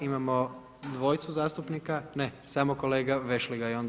Imamo dvojicu zastupnika, ne, samo kolega Vešligaj onda.